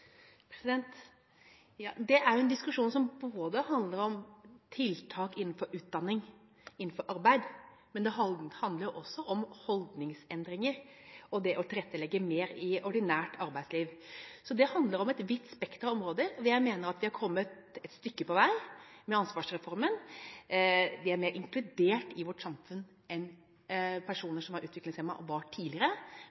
Det er en diskusjon som både handler om tiltak innenfor utdanning og innenfor arbeid, men det handler også om holdningsendringer og det å tilrettelegge mer i ordinært arbeidsliv. Så det handler om et vidt spekter av områder, og jeg mener at vi har kommet et stykke på vei med ansvarsreformen. Personer som er utviklingshemmet er mer inkludert i vårt samfunn enn